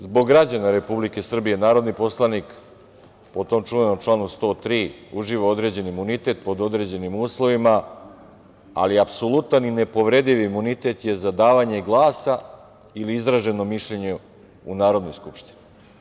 Zbog građana Republike Srbije narodni poslanik o tom čuvenom članu 103. uživa određen imunitet pod određenim uslovima, ali apsolutan i nepovredivi imunitet je za davanje glasa ili izraženo mišljenje u Narodnoj skupštini.